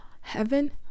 heaven